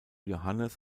johannes